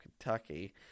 Kentucky